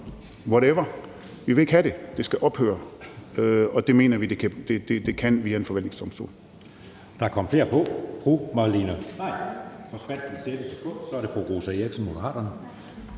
whatever, vil vi ikke have det, det skal ophøre. Og det mener vi det kan via en forvaltningsdomstol.